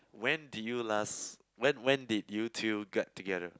when did you last when when did you two got together